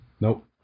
Nope